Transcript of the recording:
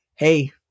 hey